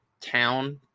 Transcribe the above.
town